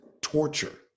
torture